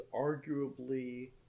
arguably